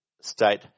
state